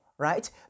right